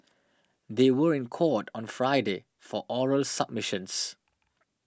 they were in court on Friday for oral submissions